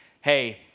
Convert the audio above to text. hey